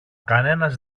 κανένας